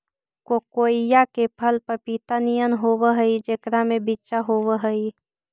कोकोइआ के फल पपीता नियन होब हई जेकरा में बिच्चा होब हई